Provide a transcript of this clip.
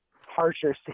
harsher